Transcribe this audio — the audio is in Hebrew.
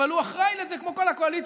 אבל הוא אחראי לזה כמו כל הקואליציה.